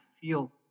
feel